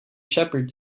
shepherd